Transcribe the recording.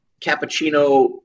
cappuccino